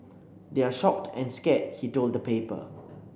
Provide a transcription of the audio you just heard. they're shocked and scared he told the paper